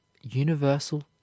universal